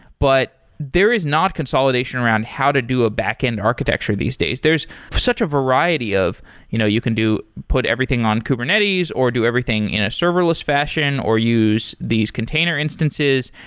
but there is not consolidation around how to do a backend architecture these days. there's such a variety of you know you can put everything on kubernetes or do everything in a serverless fashion or use these container instances.